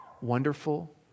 wonderful